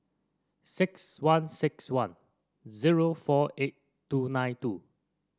six one six one zero four eight two nine two